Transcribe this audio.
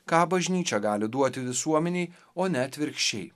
ką bažnyčia gali duoti visuomenei o ne atvirkščiai